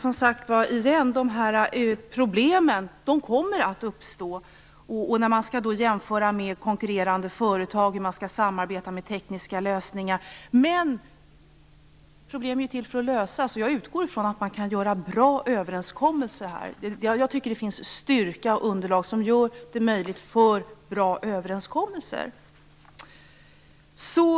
Men problemen kommer att uppstå när man skall jämföra med konkurrerande företag och samarbeta om tekniska lösningar. Men problem är ju till för att lösas. Och jag utgår från att man kan göra bra överenskommelser. Jag tycker att det finns styrka och underlag som gör det möjligt för bra överenskommelser.